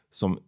som